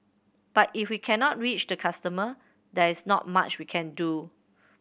but if we cannot reach the customer there is not much we can do